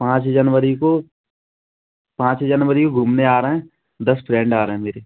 पाँच जनवरी को पाँच जनवरी को घूमने आ रहे हैं दस फ़्रेंड आ रहे हैं मेरे